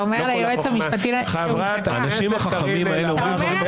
אתה אומר ליועץ המשפטי --- חברת הכנסת קארין אלהרר.